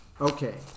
Okay